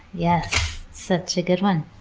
yes. such a good one.